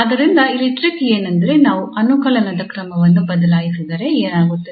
ಆದ್ದರಿಂದ ಇಲ್ಲಿ ಟ್ರಿಕ್ ಏನೆಂದರೆ ನಾವು ಅನುಕಲನದ ಕ್ರಮವನ್ನು ಬದಲಾಯಿಸಿದರೆ ಏನಾಗುತ್ತದೆ